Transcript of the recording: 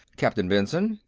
captain benson?